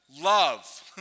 Love